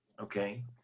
okay